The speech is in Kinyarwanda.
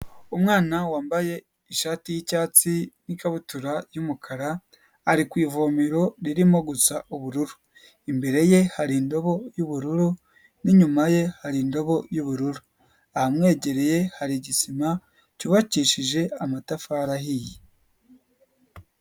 Umwana wambaye ishati y'icyatsi n'ikabutura y'umukara, ari ku ivomero ririmo gusa ubururu. Imbere ye, hari indobo y'ubururu n'inyuma ye, hari indobo y'ubururu. Ahamwegereye hari igisima cyubakishije amatafari ahiye.